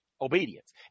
obedience